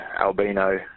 albino